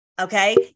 Okay